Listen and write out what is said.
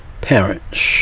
parents